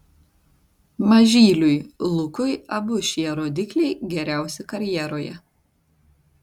mažyliui lukui abu šie rodikliai geriausi karjeroje